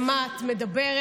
על מה את מדברת?